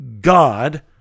God